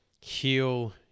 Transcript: heal